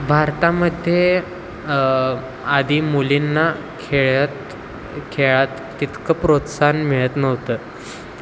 भारतामध्ये आधी मुलींना खेळत खेळात तितकं प्रोत्साहन मिळत नव्हतं